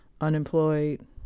unemployed